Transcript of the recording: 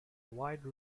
wide